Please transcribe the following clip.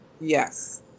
Yes